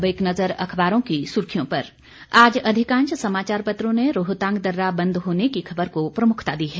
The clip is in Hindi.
अब एक नज़र अखबारों की सुर्खियों पर आज अधिकांश समाचार पत्रों ने रोहतांग दर्रा बंद होने की खबर को प्रमुखता दी है